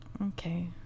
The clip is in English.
Okay